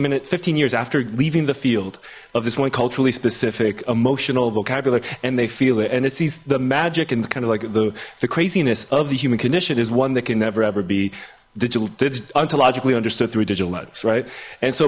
minutes fifteen years after leaving the field of this point culturally specific emotional vocabulary and they feel it and it sees the magic and kind of like the the craziness of the human condition is one that can never ever be digital logic lee understood through digital nuts right and so